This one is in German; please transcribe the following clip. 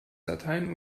dateien